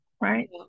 right